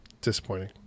Disappointing